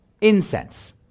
incense